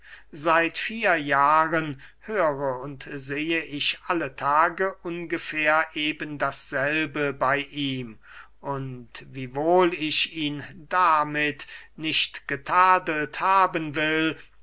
seit vier jahren höre und sehe ich alle tage ungefähr eben dasselbe bey ihm und wiewohl ich ihn damit nicht getadelt haben will